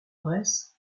bresse